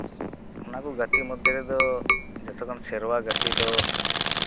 ᱚᱱᱟᱠᱚ ᱜᱟᱛᱤᱜ ᱢᱚᱫᱽᱫᱷᱮ ᱨᱮᱫᱚ ᱡᱚᱛᱚ ᱠᱷᱚᱱ ᱥᱮᱨᱣᱟ ᱜᱟᱛᱮᱫᱚ